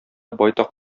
байтак